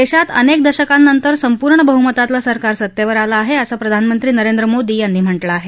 देशात अनेक दशकांनंतर संपूर्ण बहुमतातलं सरकार सत्तेवर आलं आहे असं प्रधानमंत्री नरेंद्र मोदी यांनी म्हाझि आहे